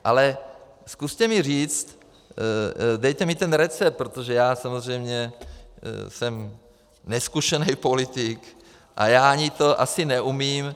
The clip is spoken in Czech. Ale zkuste mi říct, dejte mi ten recept, protože já samozřejmě jsem nezkušený politik a já to asi ani neumím.